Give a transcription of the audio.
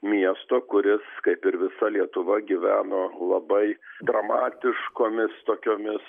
miesto kuris kaip ir visa lietuva gyveno labai dramatiškomis tokiomis